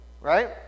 right